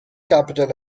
capital